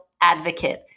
advocate